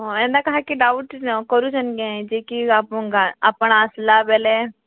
ହଁ ଏନ୍ତା କାହାକେ ଡ଼ାଉଟ୍ କରୁଚନ୍ କେଁ ଯେ କି ଆପଣ୍ ଆପଣ୍ ଆସ୍ଲାବେଲେ